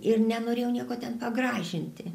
ir nenorėjau nieko ten pagražinti